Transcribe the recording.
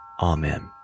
Amen